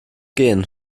gehen